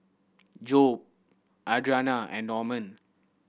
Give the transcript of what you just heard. Jobe Adriana and Normand